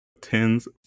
tens